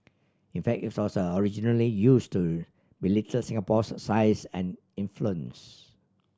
in fact it was originally used to belittle Singapore's size and influence